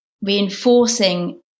reinforcing